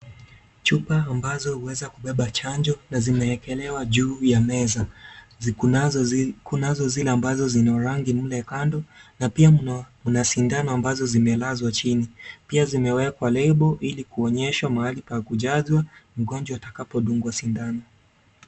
Chupa ambazo huweza kubeba chanjo na zimeekelewa juu ya meza, kunazo zile ambazo zina rangi mle kando na pia mna sindano zililzo lazwa chini, pia zimewekwa lebo ili kuonyeshwa mahali pa kujazwa mgonjwa atakapo dungwa shindano.